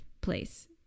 place